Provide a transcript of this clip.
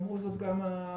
אמרו זאת גם המומחים.